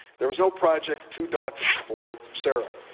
there was no project too daunting for sara.